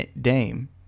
dame